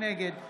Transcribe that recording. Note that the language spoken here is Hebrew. נגד